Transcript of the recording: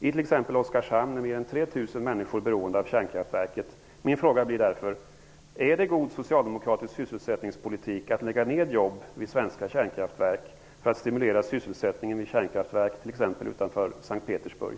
I t.ex. Oskarshamn är mer än 3 000 människor beroende av kärnkraftverket. Min fråga blir därför: Är det god socialdemokratisk sysselsättningspolitik att lägga ned jobb vid svenska kärnkraftverk för att stimulera sysselsättningen vid kärnkraftverk t.ex. utanför S:t Petersburg?